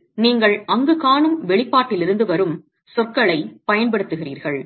எனவே நீங்கள் அங்கு காணும் வெளிப்பாட்டிலிருந்து வரும் சொற்களைப் பயன்படுத்துகிறீர்கள்